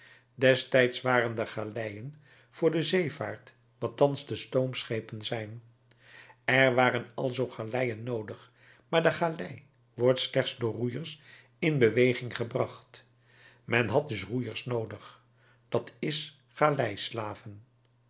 destijds waren de galeien voor de zeevaart wat thans de stoomschepen zijn er waren alzoo galeien noodig maar de galei wordt slechts door roeiers in beweging gebracht men had dus roeiers noodig dat is